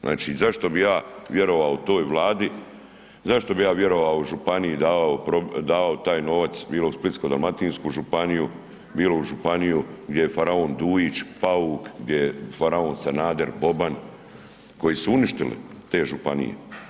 Znači zašto bi ja vjerovao toj Vladi, zašto bi ja vjerovao županiji davao taj novac bilo u Splitsko-dalmatinsku županiju, bilo u županiju gdje je faraon Dujić …/nerazumljivo/… gdje je faraon Sanader, Boban, koji su uništili te županije.